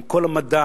עם כל המדע,